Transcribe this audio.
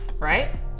Right